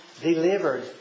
delivered